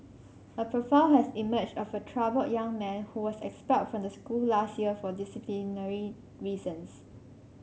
a profile has emerged of a troubled young man who was expelled from the school last year for disciplinary reasons